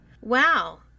wow